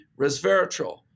resveratrol